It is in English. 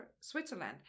Switzerland